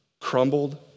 crumbled